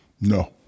No